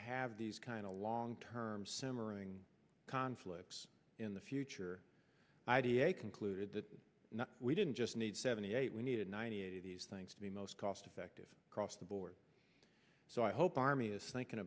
have these kind of long term simmering conflicts in the future idea concluded that we didn't just need seventy eight we needed ninety eight of these things to be most cost effective across the board so i hope army is thinking